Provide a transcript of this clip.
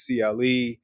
CLE